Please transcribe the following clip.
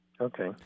Okay